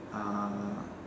uh